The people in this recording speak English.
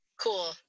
cool